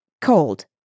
cold